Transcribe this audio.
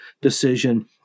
decision